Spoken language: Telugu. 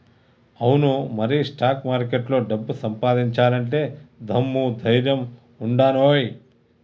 అవును మరి స్టాక్ మార్కెట్లో డబ్బు సంపాదించాలంటే దమ్ము ధైర్యం ఉండానోయ్